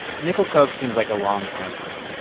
nickel coke seems like a long time ago,